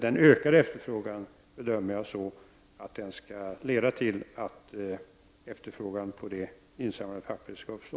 Det ökade behovet bedömer jag skall leda till att efterfrågan på det insamlade papperet skall öka.